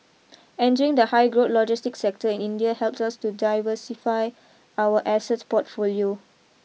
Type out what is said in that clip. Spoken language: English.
entering the high growth logistics sector in India helps us to diversify our asset portfolio